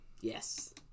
Yes